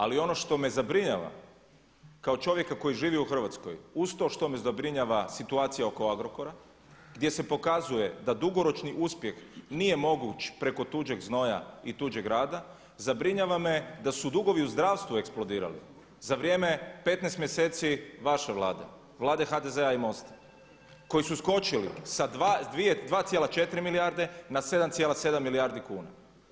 Ali ono što me zabrinjava kao čovjeka koji živi u Hrvatskoj, uz to što me zabrinjava situacija oko Agrokora gdje se pokazuje da dugoročni uspjeh nije moguć preko tuđeg znoja i tuđeg rada, zabrinjava me da su dugovi u zdravstvu eksplodirali za vrijeme 15 mjeseci vaše Vlade, Vlade HDZ-a i MOST-a, koji su skočili sa 2,4 milijarde na 7,7 milijardi kuna.